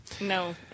No